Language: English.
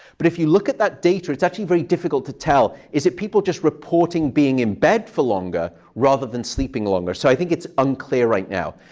but if you look at that data, it's actually very difficult to tell. is it people just reporting being in bed for longer rather than sleeping longer? so i think it's unclear right now.